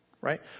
Right